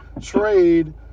trade